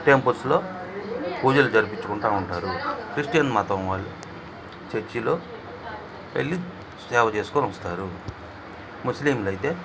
టెంపుల్స్లో పూజలు జరిపించుకుంటూ ఉంటారు క్రిస్టియన్ మతం వాళ్ళు చర్చీలో ఎళ్ళి సేవ చేసుకునొస్తారు ముస్లింలైతే